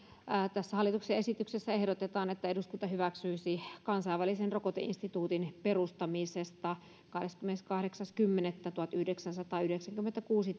tässä hallituksen esityksessä ehdotetaan että eduskunta hyväksyisi kansainvälisen rokoteinstituutin perustamisesta kahdeskymmeneskahdeksas kymmenettä tuhatyhdeksänsataayhdeksänkymmentäkuusi